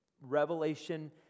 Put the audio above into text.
Revelation